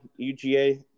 UGA